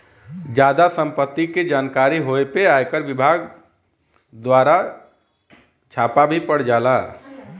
जादा सम्पत्ति के जानकारी होए पे आयकर विभाग दवारा छापा भी पड़ जाला